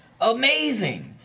amazing